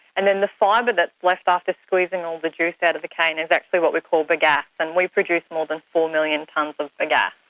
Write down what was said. and then the fibre that's left after squeezing all the juice out of the cane is actually what we call bagasse, and we produce more than four million tonnes of yeah